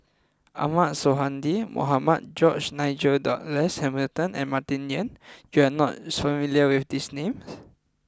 Ahmad Sonhadji Mohamad George Nigel Douglas Hamilton and Martin Yan you are not familiar with these names